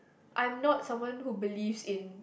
I'm not someone who believes in